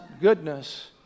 goodness